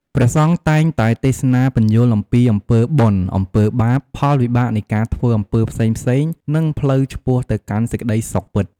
ព្រះសង្ឃតែងតែទេសនាពន្យល់អំពីអំពើបុណ្យ អំពើបាប ផលវិបាកនៃការធ្វើអំពើផ្សេងៗ និងផ្លូវឆ្ពោះទៅកាន់សេចក្តីសុខពិត។